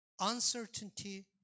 uncertainty